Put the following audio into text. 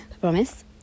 promise